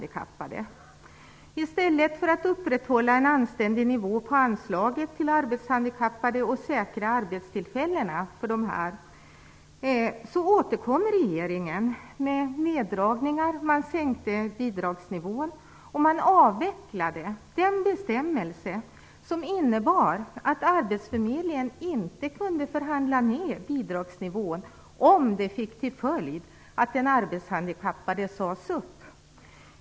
I stället för att upprätthålla en anständig nivå på anslaget till arbetshandikappade och säkra arbetstillfällena, återkommer regeringen med neddragningar. Man sänkte bidragsnivån och avvecklade den bestämmelse som innebar att arbetsförmedlingen inte kunde förhandla ned bidragsnivån, om det fick till följd att den arbetshandikappade sades upp.